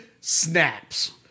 snaps